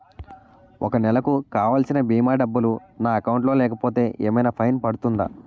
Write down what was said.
ఒక నెలకు కావాల్సిన భీమా డబ్బులు నా అకౌంట్ లో లేకపోతే ఏమైనా ఫైన్ పడుతుందా?